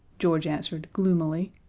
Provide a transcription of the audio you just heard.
george answered gloomily,